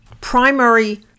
primary